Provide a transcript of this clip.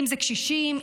קשישים,